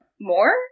more